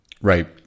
Right